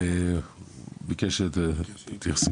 ד"ר דיאנה רם,